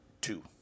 Two